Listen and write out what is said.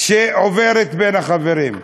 שעוברת בין החברים.